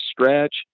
stretch